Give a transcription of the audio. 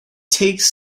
takes